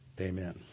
amen